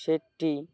শেঠঠী